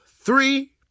three